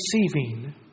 receiving